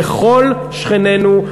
לכל שכנינו,